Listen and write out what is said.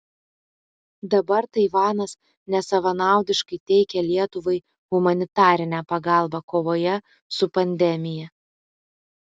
dabar taivanas nesavanaudiškai teikia lietuvai humanitarinę pagalbą kovoje su pandemija